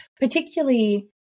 particularly